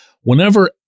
Whenever